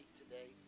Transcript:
today